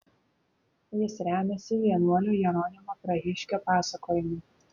jis remiasi vienuolio jeronimo prahiškio pasakojimu